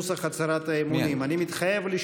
אקרא בפניך את נוסח הצהרת האמונים: "אני מתחייב לשמור